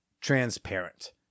transparent